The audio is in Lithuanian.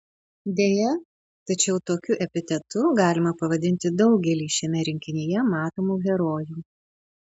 deja tačiau tokiu epitetu galima pavadinti daugelį šiame rinkinyje matomų herojų